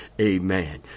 Amen